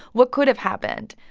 what could've happened?